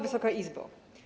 Wysoka Izbo!